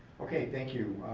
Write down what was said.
okay, thank you,